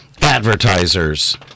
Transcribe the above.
Advertisers